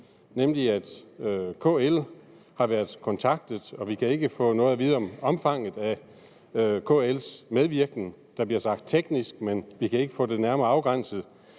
nemlig at KL har været kontaktet, men vi kan ikke få noget at vide om omfanget af KL's medvirken. Der bliver sagt, at den har været teknisk, men vi kan ikke få det nærmere afgrænset.